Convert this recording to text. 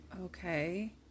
okay